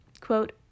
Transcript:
quote